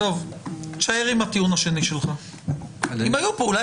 צער בעלי